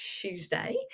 Tuesday